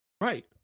Right